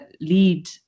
lead